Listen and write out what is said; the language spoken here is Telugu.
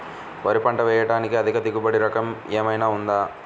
వరి పంట వేయటానికి అధిక దిగుబడి రకం ఏమయినా ఉందా?